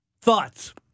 Thoughts